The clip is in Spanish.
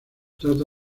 trata